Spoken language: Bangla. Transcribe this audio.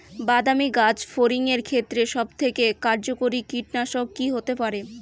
বাদামী গাছফড়িঙের ক্ষেত্রে সবথেকে কার্যকরী কীটনাশক কি হতে পারে?